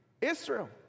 israel